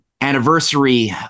anniversary